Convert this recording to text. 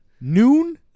Noon